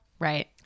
Right